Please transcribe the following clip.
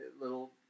little